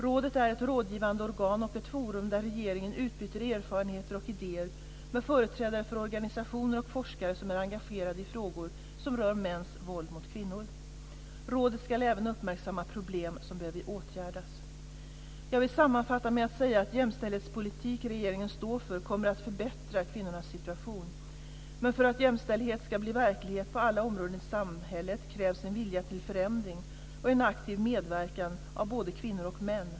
Rådet är ett rådgivande organ och ett forum där regeringen utbyter erfarenheter och idéer med företrädare för organisationer och forskare som är engagerade i frågor som rör mäns våld mot kvinnor. Rådet ska även uppmärksamma problem som behöver åtgärdas. Jag vill sammanfatta med att säga att den jämställdhetspolitik som regeringen står för kommer att förbättra kvinnornas situation. Men för att jämställdhet ska bli verklighet på alla områden i samhället krävs det en vilja till förändring och en aktiv medverkan av både kvinnor och män.